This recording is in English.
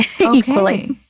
Okay